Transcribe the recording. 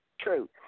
True